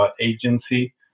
agency